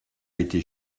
été